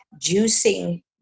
juicing